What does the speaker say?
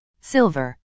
Silver